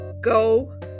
Go